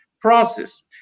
process